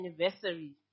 anniversary